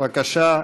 בבקשה,